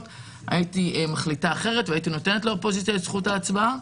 הייתי מחליטה אחרת והייתי נותנת לאופוזיציה את זכות ההצבעה.